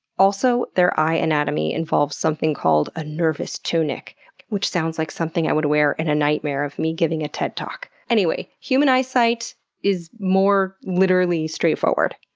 also, their eye anatomy involves something called a nervous tunic which sounds like something i would wear in a nightmare of me giving a ted talk. anyway, human eyesight is more, literally, straightforward.